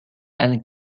and